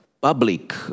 public